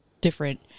different